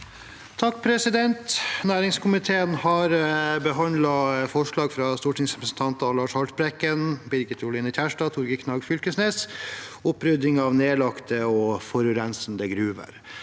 8-forslaget. Næringskomiteen har behandlet forslag fra stortingsrepresentantene Lars Haltbrekken, Birgit Oline Kjerstad og Torgeir Knag Fylkesnes om opprydding av nedlagte og forurensende gruver.